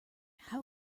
how